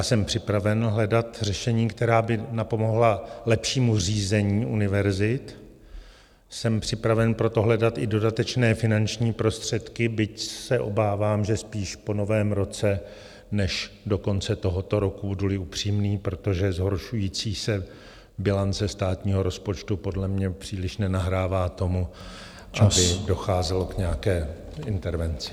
Jsem připraven hledat řešení, která by napomohla lepšímu řízení univerzit, jsem připraven pro to, hledat i dodatečné finanční prostředky, byť se obávám, že spíš po Novém roce než do konce tohoto roku, buduli upřímný, protože zhoršující se bilance státního rozpočtu podle mě příliš nenahrává tomu , aby docházelo k nějaké intervenci.